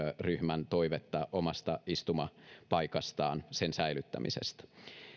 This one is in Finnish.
ryhmän toivetta omasta istumapaikastaan sen säilyttämisestä